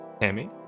Tammy